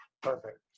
Perfect